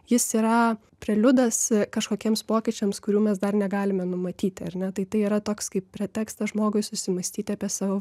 jis yra preliudas kažkokiems pokyčiams kurių mes dar negalime numatyti ar ne tai tai yra toks kaip pretekstą žmogui susimąstyti apie savo